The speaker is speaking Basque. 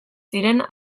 ziren